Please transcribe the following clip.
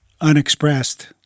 unexpressed